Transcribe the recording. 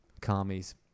commies